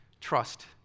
trust